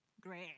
Great